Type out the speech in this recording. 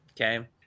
Okay